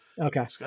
Okay